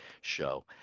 show